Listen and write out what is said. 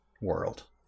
world